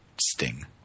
sting